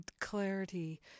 clarity